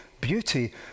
beauty